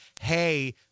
hey